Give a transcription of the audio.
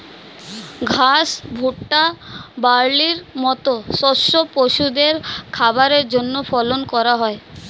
ঘাস, ভুট্টা, বার্লির মত শস্য পশুদের খাবারের জন্যে ফলন করা হয়